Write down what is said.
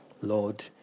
Lord